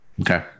Okay